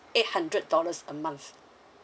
eight hundred dollars a month